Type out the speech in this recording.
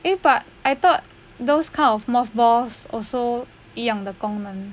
it but I thought those kind of moth balls also 一样的功能